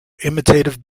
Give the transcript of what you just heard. imitative